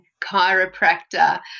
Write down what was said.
chiropractor